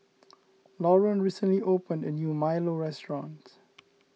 Lauren recently opened a new Milo restaurant